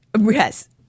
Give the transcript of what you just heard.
Yes